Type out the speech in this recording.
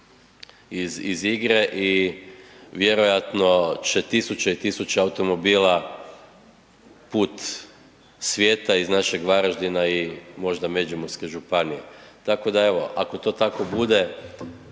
iz igre i vjerojatno će 1.000 i 1.000 automobila put svijeta iz našeg Varaždina i možda Međimurske županije. Tako da evo, ako to tako bude